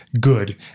Good